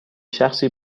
شخصی